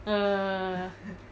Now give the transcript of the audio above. err